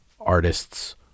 artist's